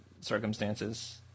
circumstances